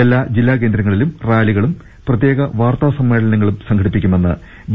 എല്ലാ ജില്ലാ കേന്ദ്രങ്ങളിലും റാലികളും പ്രത്യേക വാർത്താ സമ്മേളനങ്ങളും സംഘടിപ്പിക്കുമെന്ന് ബി